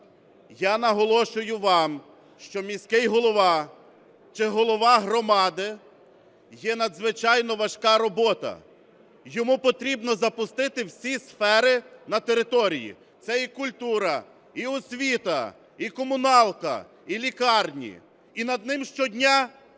Я наголошую вам, що міський голова чи голова громади є надзвичайно важка робота. Йому потрібно запустити всі сфери на території – це і культура, і освіта, і комуналка, і лікарні, і над ним щодня